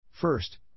First